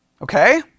Okay